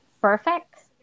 perfect